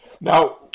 Now